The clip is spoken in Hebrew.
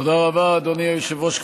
תודה רבה, אדוני היושב-ראש.